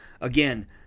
Again